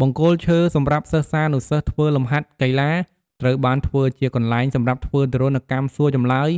បង្គោលឈើសំរាប់សិស្សានុសិស្សធ្វើលំហាត់កីឡា ត្រូវបានធ្វើជាកន្លែងសំរាប់ធ្វើទារុណកម្មសួរចម្លើយ